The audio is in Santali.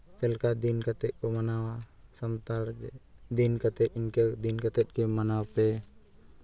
ᱪᱫ ᱞᱮᱠᱟ ᱫᱤᱱ ᱠᱟᱛᱮᱫ ᱠᱚ ᱢᱟᱱᱟᱣᱟ ᱥᱟᱱᱛᱟᱲ ᱫᱤᱱ ᱠᱟᱛᱮᱫ ᱤᱱᱠᱟᱹ ᱫᱤᱱ ᱠᱟᱛᱮᱫ ᱜᱮ ᱢᱟᱱᱟᱣ ᱯᱮ